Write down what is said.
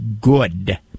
good